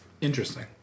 Interesting